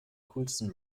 coolsten